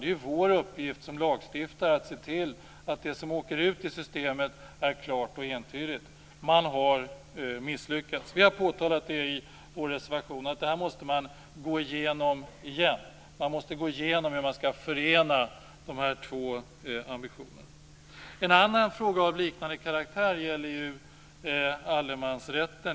Det är ju vår uppgift som lagstiftare att se till att det som åker ut i systemet är klart och entydigt. Man har alltså misslyckats. Vi påtalar detta i vår reservation och säger att man återigen måste gå igenom detta. Det är nödvändigt att gå igenom hur de här två ambitionerna skall förenas. En annan fråga av liknande karaktär gäller allemansrätten.